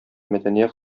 мәдәният